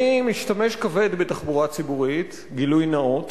אני משתמש כבד בתחבורה ציבורית - גילוי נאות